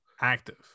active